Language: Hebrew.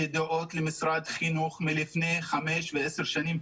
ידועות למשרד החינוך מזה חמש או עשר שנים,